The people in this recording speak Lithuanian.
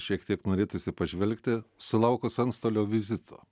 šiek tiek norėtųsi pažvelgti sulaukus antstolio vizito